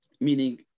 Meaning